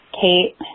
Kate